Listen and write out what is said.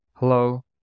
Hello